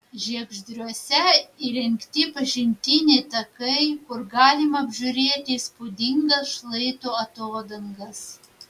žiegždriuose įrengti pažintiniai takai kur galima apžiūrėti įspūdingas šlaitų atodangas